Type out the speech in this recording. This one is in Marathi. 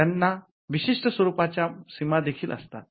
त्यांना विशिष्ट स्वरूपाच्या सीमा देखील असतात